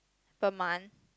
per month